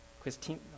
Christine